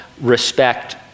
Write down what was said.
respect